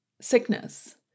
sickness